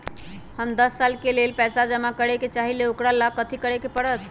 हम दस साल के लेल पैसा जमा करे के चाहईले, ओकरा ला कथि करे के परत?